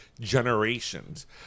generations